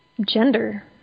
Gender